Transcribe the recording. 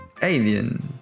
Alien